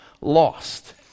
lost